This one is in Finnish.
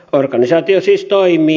organisaatio siis toimii